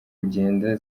kugenda